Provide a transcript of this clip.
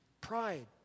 pride